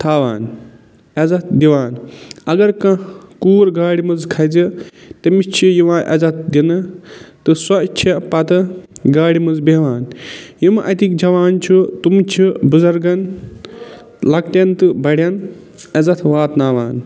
تھاوان عزت دِوان اَگر کانٛہہ کوٗر گاڑِ منٛز کھسہِ تٔمِس چھِ یِوان عزت دِنہٕ تہٕ سۄ چھےٚ پتہٕ گاڑِ منٛز بہوان یِم اَتیکۍ جوان چھِ تٔم چھِ بُزَرگَن لَکٹین تہِ بَڑیٚن عزت واتٕناون